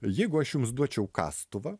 jeigu aš jums duočiau kastuvą